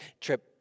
trip